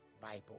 bible